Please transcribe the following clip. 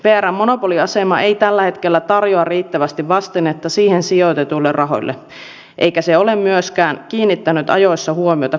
vrn monopoliasema ei tällä hetkellä tarjoa riittävästi vastinetta siihen sijoitetuille rahoille eikä se ole myöskään kiinnittänyt ajoissa huomiota kustannustehokkuuteen